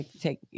Take